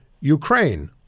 Ukraine